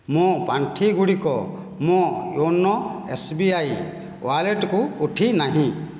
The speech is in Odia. ମୁଁ ପାଣ୍ଠି ଗୁଡ଼ିକ ମୋ ୟୋନୋ ଏସ୍ ବି ଆଇ୍ ୱାଲେଟ୍କୁ ଉଠି ନାହିଁ